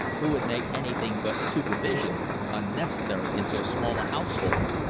who would make anything but supervision unnecessary in so small a household.